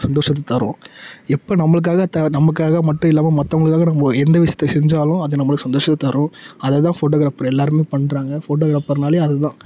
சந்தோஷத்தை தரும் எப்போ நம்பளுக்காக த நமக்காக மட்டும் இல்லாமல் மற்றவங்களுக்காக நம்ப எந்த விஷயத்தை செஞ்சாலும் அது நம்பளுக்கு சந்தோஷம் தரும் அதை தான் ஃபோட்டோகிராப்பர் எல்லாருமே பண்ணுறாங்க ஃபோட்டோகிராப்பர்னாலே அது தான்